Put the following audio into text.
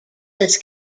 this